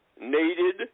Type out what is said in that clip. needed